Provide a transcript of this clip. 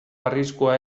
arriskua